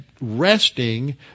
resting